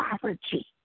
poverty